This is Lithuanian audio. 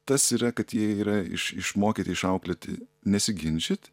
tas yra kad jie yra iš išmokyti išauklėti nesiginčyt